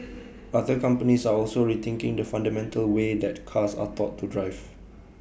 other companies are also rethinking the fundamental way that cars are taught to drive